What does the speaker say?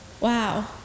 Wow